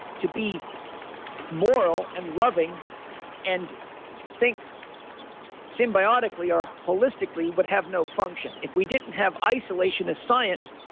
to be moral and loving and think symbiotically or holistically would have no function. if we didn't have isolation as science,